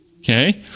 Okay